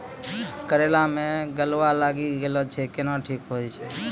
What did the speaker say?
करेला मे गलवा लागी जे छ कैनो ठीक हुई छै?